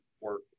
work